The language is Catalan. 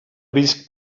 risc